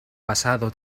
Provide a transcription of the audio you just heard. pasado